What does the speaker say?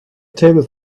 table